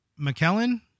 McKellen